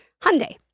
Hyundai